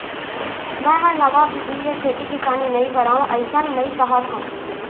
मैं हर नवा बिधि ले खेती किसानी नइ करव अइसन नइ कहत हँव